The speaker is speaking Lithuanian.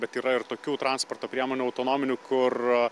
bet yra ir tokių transporto priemonių autonominių kur